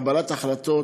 קבלת החלטות,